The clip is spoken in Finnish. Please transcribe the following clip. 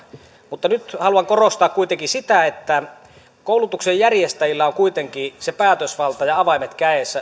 mutta nyt haluan korostaa kuitenkin sitä että koulutuksen järjestäjillä on kuitenkin se päätösvalta ja avaimet